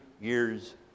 years